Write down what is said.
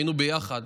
היינו יחד.